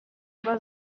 ziba